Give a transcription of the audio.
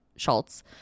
Schultz